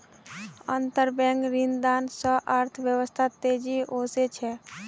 अंतरबैंक ऋणदान स अर्थव्यवस्थात तेजी ओसे छेक